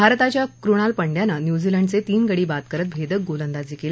भारताच्या कृणाल पंड्यानं न्यूझीलंडचे तीन गडी बाद करत भेदक गोलंदाजी केली